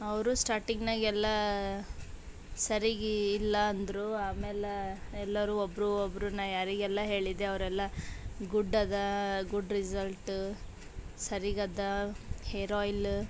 ಅವರು ಸ್ಟಾರ್ಟಿಂಗ್ನಾಗ ಎಲ್ಲಾ ಸರಿಗೆ ಇಲ್ಲ ಅಂದರೂ ಆಮೇಲೆ ಎಲ್ಲರೂ ಒಬ್ಬರು ಒಬ್ರನ್ನ ಯಾರಿಗೆಲ್ಲ ಹೇಳಿದೆ ಅವರೆಲ್ಲ ಗುಡ್ಡದ ಗುಡ್ ರಿಸಲ್ಟ ಸರೀಗದ ಹೇರ್ ಆಯ್ಲ